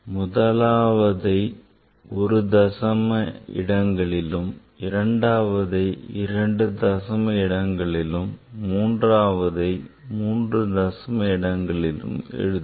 முதலாவதை ஒரு தசமங்களிலும் இரண்டாவதை 2 தசமங்களிலும் மூன்றாவதை 3 தசமங்களிலும் எழுதுவர்